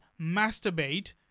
masturbate